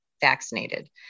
vaccinated